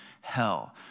hell